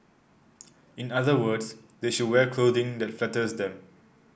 in other words they should wear clothing that flatters them